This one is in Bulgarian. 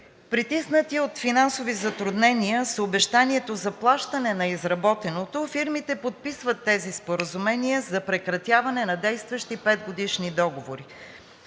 Притиснати от финансови затруднения, с обещанието за плащането на изработеното, фирмите подписват тези споразумения за прекратяване на действащи петгодишни договори.